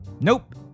Nope